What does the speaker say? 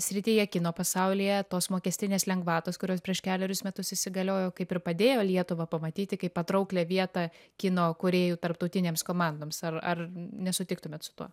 srityje kino pasaulyje tos mokestinės lengvatos kurios prieš kelerius metus įsigaliojo kaip ir padėjo lietuvą pamatyti kaip patrauklią vietą kino kūrėjų tarptautinėms komandoms ar ar nesutiktumėt su tuo